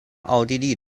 奥地利